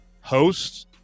hosts